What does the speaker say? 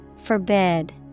Forbid